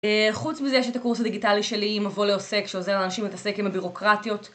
חוץ מזה יש את הקורס הדיגיטלי שלי, מבוא לעוסק שעוזר לאנשים להתעסק עם הבירוקרטיות.